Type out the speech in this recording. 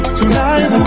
tonight